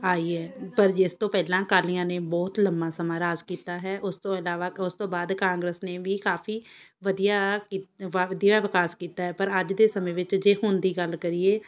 ਆਈ ਹੈ ਪਰ ਜੇ ਇਸ ਤੋਂ ਪਹਿਲਾਂ ਅਕਾਲੀਆਂ ਨੇ ਬਹੁਤ ਲੰਮਾ ਸਮਾਂ ਰਾਜ ਕੀਤਾ ਹੈ ਉਸ ਤੋਂ ਇਲਾਵਾ ਉਸ ਤੋਂ ਬਾਅਦ ਕਾਂਗਰਸ ਨੇ ਵੀ ਕਾਫ਼ੀ ਵਧੀਆ ਕੀਤਾ ਵ ਵਧੀਆ ਵਿਕਾਸ ਕੀਤਾ ਹੈ ਪਰ ਅੱਜ ਦੇ ਸਮੇਂ ਵਿੱਚ ਜੇ ਹੁਣ ਦੀ ਗੱਲ ਕਰੀਏ